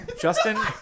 Justin